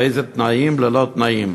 באיזה תנאים לא תנאים.